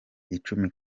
icumi